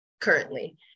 currently